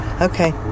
Okay